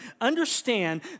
understand